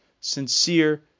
sincere